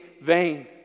vain